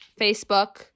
Facebook